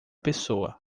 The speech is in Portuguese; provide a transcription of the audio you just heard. pessoa